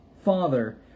father